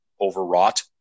overwrought